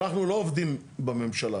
אנחנו לא עובדים בממשלה,